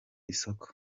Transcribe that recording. isoko